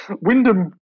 Wyndham